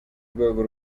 rwego